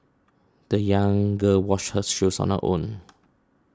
the young girl washed her shoes on her own